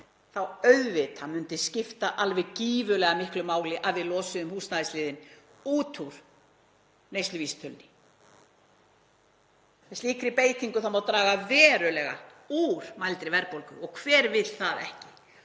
þá auðvitað myndi skipta alveg gífurlega miklu máli að við losuðum húsnæðisliðinn út úr neysluvísitölunni. Með slíkri breytingu má draga verulega úr mældri verðbólgu, og hver vill það ekki,